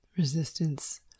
resistance